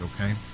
okay